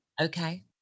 Okay